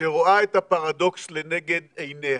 שרואה את הפרדוקס לנגד עיניה.